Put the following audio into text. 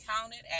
counted